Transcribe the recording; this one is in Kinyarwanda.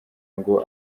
ngo